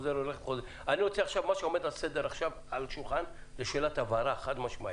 מה שעומד על השולחן עכשיו זאת שאלת הבהרה חד-משמעית,